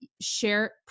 share